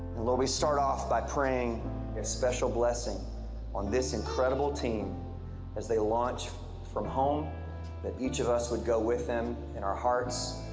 will start off by praying a special blessing on this incredible team as they launch from home that each of us would go with them in our hearts,